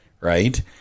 right